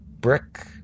Brick